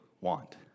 want